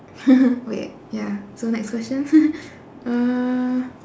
wait ya so next question uh